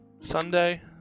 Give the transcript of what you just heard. Sunday